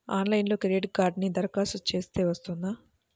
ఆన్లైన్లో క్రెడిట్ కార్డ్కి దరఖాస్తు చేస్తే వస్తుందా?